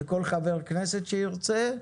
וכל חבר כנסת שירצה.